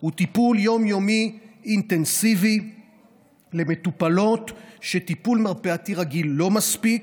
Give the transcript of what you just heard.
הוא טיפול יום-יומי אינטנסיבי למטופלות כשטיפול מרפאתי רגיל לא מספיק,